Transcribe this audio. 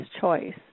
choice